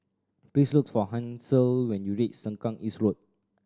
please look for Hansel when you reach Sengkang East Road